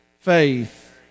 faith